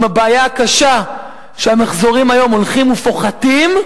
עם הבעיה הקשה שהמחזורים היום הולכים ופוחתים,